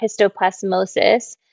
histoplasmosis